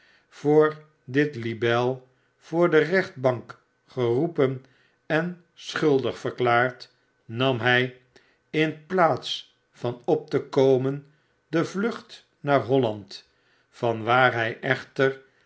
voor dit libel voor de rechtbank geroepen en schuldig verklaard nam hij in plaats van op te komen de vlucht naar holland van waar hij echter